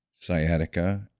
Sciatica